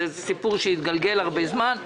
זה סיפור שהתגלגל הרבה זמן.